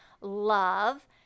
love